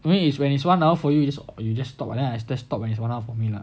when is when is one hour for you you just you just talk then I press stop when it is one hour for me lah